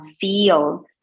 feel